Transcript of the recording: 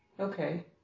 Okay